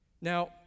Now